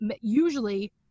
usually